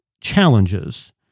challenges